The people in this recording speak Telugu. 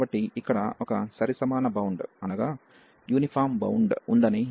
కాబట్టి ఇక్కడ ఒక యూనిఫామ్ బౌండ్ ఉందని మనం చూశాము